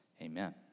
Amen